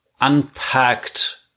unpacked